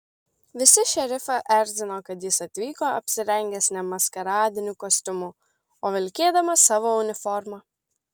visi šerifą erzino kad jis atvyko apsirengęs ne maskaradiniu kostiumu o vilkėdamas savo uniformą